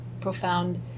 profound